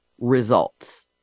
Results